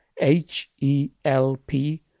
H-E-L-P